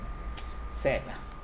sad lah